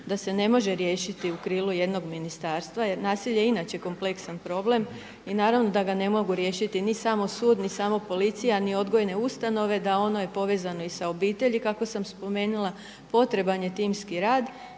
da ne može riješiti u krilu jednog ministarstva jer nasilje je inače kompleksan problem i naravno da ga ne mogu riješiti ni samo sud ni samo policija, ni odgojne ustanove, da ono je povezano i sa obitelji kako sam spomenula, potreban je timski rad.